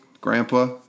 grandpa